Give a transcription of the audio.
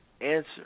answer